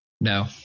No